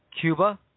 Cuba